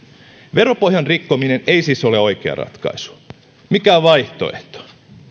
veropohjan rikkominen ei siis ole oikea ratkaisu mikä on vaihtoehto